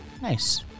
Nice